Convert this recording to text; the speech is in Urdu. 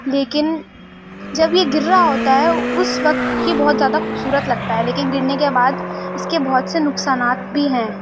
لیکن جب یہ گر رہا ہوتا ہے اس وقت یہ بہت زیادہ خوبصورت لگتا ہے لیکن گرنے کے بعد اس کے بہت سے نقصانات بھی ہیں